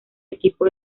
equipo